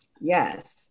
Yes